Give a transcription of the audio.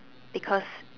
because